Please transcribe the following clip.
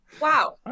Wow